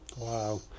wow